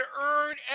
earn